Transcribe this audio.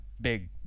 big